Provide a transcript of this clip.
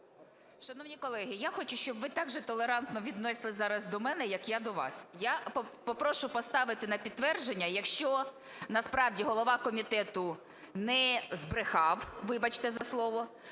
Шановні колеги, я хочу, щоб ви також толерантно віднеслися зараз до мене, як я до вас. Я попрошу поставити на підтвердження. Якщо насправді голова комітету не збрехав, вибачте за слово,